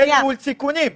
ניהול סיכונים.